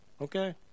Okay